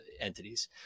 entities